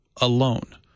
alone